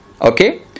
Okay